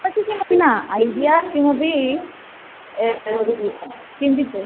भवती किमपि न ऐडिया किमपि किं चिन्तनम्